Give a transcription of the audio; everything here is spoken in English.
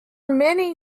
many